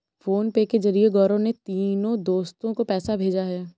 PhonePe के जरिए गौरव ने तीनों दोस्तो को पैसा भेजा है